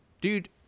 dude